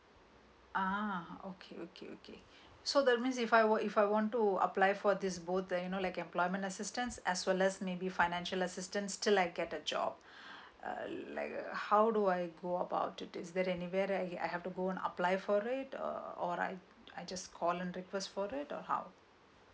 ah okay okay okay so that means if I were if I want to apply for this both like employment assistance as well as maybe financial assistance until I get a job like how do I go about it is there anywhere that okay I have to go and apply for it uh or like I just call and request for it or how